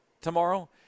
tomorrow